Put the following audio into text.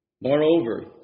Moreover